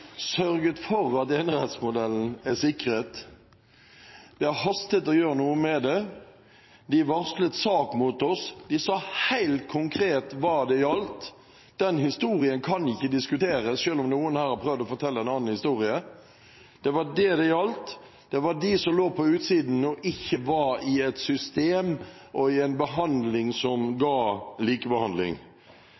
sørget for at enerettsmodellen er sikret. Det har hastet å gjøre noe med det. De varslet sak mot oss. De sa helt konkret hva det gjaldt. Den historien kan ikke diskuteres, selv om noen her har prøvd å fortelle en annen historie. Det var det som det gjaldt. Det var de som lå på utsiden, og som ikke var i et system og i en behandling som ga likebehandling.